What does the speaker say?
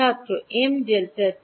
ছাত্র M delta টি